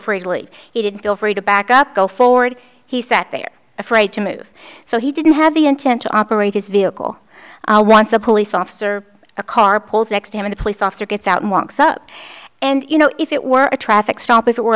easily he didn't feel free to back up go forward he sat there afraid to move so he didn't have the intent to operate his vehicle once a police officer a car pulls next to him the police officer gets out and walks up and you know if it were a traffic stop if it were